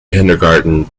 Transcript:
kindergarten